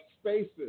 spaces